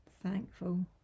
Thankful